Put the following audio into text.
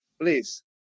please